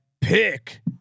pick